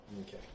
Okay